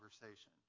conversation